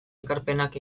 ekarpenak